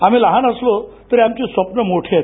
आम्ही लहान असलो तरी आमची स्वप्नं मोठी आहेत